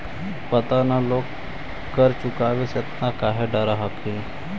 पता न लोग कर चुकावे से एतना काहे डरऽ हथिन